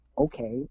okay